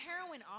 heroin